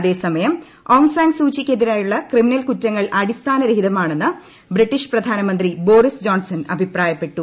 അത്നെസ്സ്യം Aung San സൂചിക്കെതിരെയുള്ള പ്രക്ടിമിനൽ കുറ്റങ്ങൾ അടിസ്ഥാനരഹിതമാണെന്ന് പ്ര്ബീട്ടീഷ് പ്രധാനമന്ത്രി ബോറിസ് ജോൺസൻ അഭിപ്രായപ്പെട്ടു